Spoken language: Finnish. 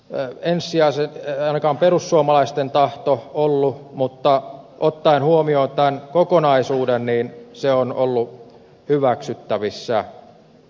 se ei ole ainakaan perussuomalaisten tahto ollut mutta ottaen huomioon tämän kokonaisuuden se on ollut hyväksyttävissä